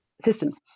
systems